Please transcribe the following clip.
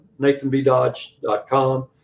nathanbdodge.com